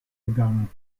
begangen